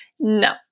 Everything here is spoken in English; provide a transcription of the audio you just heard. No